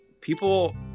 people